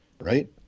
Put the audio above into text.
right